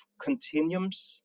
continuums